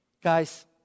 Guys